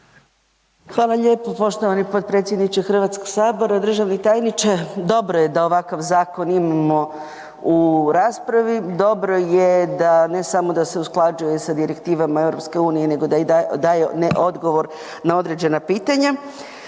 Hvala lijepo poštovani potpredsjedniče HS-a. Državni tajniče. Dobro je da ovakav zakon imamo u raspravi, dobro je da ne samo da se usklađuje sa direktivama EU nego daje odgovore na određena pitanja.